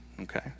okay